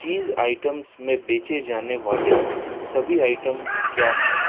चीज़ items में बेचे जाने वाले सभी आइटम क्या हैं